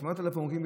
8,000 הרוגים,